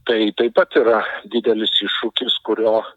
tai taip pat yra didelis iššūkis kurio